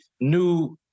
new